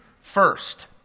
first